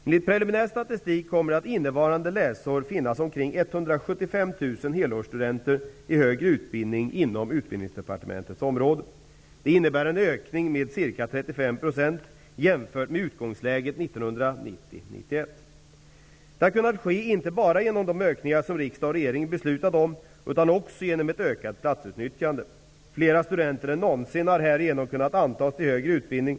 Enligt preliminär statistik kommer det innevarande läsår att finnas omkring 175 000 helårsstudenter i högre utbildning inom Utbildningsdepartementets område. Det innebär en ökning om ca 35 % jämfört med utgångsläget 1990/91. Detta har kunnat ske inte bara genom de ökningar som riksdag och regering beslutat om, utan också genom ett ökat platsutnyttjande. Fler studenter än någonsin har härigenom kunnat antas till högre utbildning.